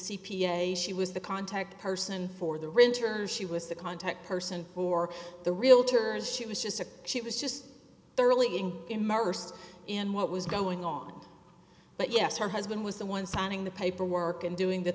a she was the contact person for the renters she was the contact person for the realtors she was just a she was just thoroughly in immersed in what was going on but yes her husband was the one signing the paperwork and doing the